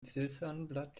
ziffernblatt